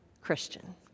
Christian